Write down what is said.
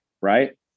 right